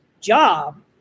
job